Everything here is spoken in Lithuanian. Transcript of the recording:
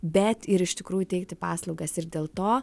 bet ir iš tikrųjų teikti paslaugas ir dėl to